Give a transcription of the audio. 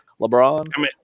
LeBron